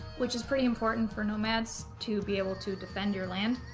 which is pretty important for nomads to be able to defend your land